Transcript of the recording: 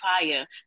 fire